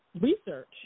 research